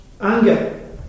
anger